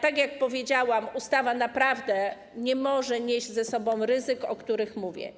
Tak jak powiedziałam, ustawa naprawdę nie może nieść ze sobą ryzyka, o którym mówię.